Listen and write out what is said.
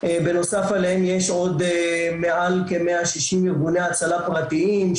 בנוסף אליהם יש עוד מעל כ-160 ארגוני הצלה פרטיים,